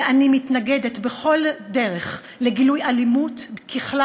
ואני מתנגדת בכל דרך לגילוי אלימות בכלל